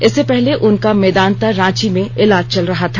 इससे पहले उनका मेदांता रांची में इलाज चल रहा था